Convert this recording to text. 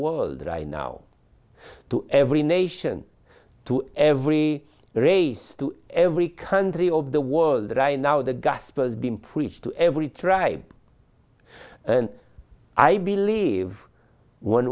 world right now to every nation to every race to every country of the world right now the gospel has been preached to every tribe and i believe